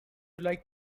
like